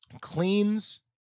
Cleans